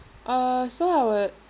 uh so I would